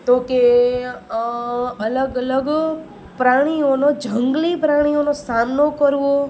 તો કે અલગ અલગ પ્રાણીઓનો જંગલી પ્રાણીઓનો સામનો કરવો એ